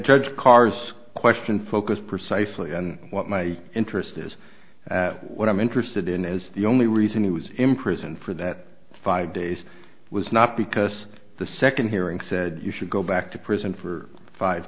judge cars question focused precisely and what my interest is what i'm interested in is the only reason he was imprisoned for that five days was not because the second hearing said you should go back to prison for five